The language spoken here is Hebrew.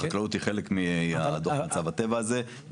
והחקלאות היא חלק מדוח מצב הטבע הזה.